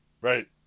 Right